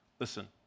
Listen